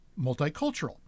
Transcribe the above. multicultural